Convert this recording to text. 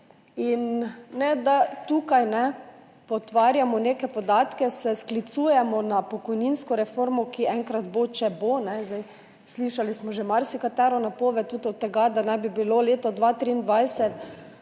ne pa da tu potvarjamo neke podatke, se sklicujemo na pokojninsko reformo, ki enkrat bo, če bo. Slišali smo že marsikatero napoved, tudi o tem, da naj bi bilo leto 2023